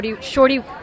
Shorty